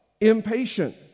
impatient